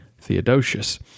Theodosius